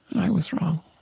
i was wrong